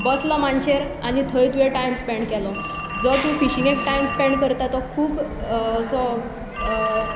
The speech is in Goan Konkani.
बसलां मानशेर आनी थंय तुवें टायम स्पेंड केलो जो तूं फिशींगेक टायम स्पेंड करता तो खूब असो